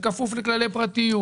בכפוף לכללי פרטיות.